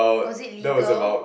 was it legal